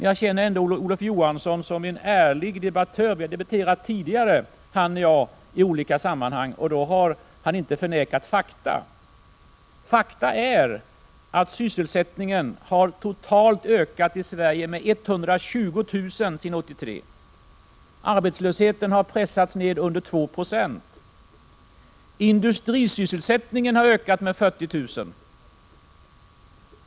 Jag känner ändå Olof Johansson som en ärlig debattör —- vi har debatterat tidigare i olika sammanhang, han och jag, och då har han inte förnekat fakta. Fakta är att sysselsättningen totalt i Sverige har ökat med 120 000 sedan 1983. Arbetslösheten har pressats ned till under 2 96. Industrisysselsättningen har ökat med 40 000.